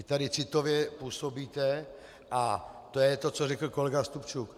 Vy tady citově působíte a to je to, co řekl kolega Stupčuk.